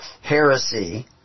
heresy